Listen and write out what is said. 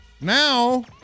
Now